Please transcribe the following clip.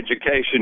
education